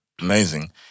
Amazing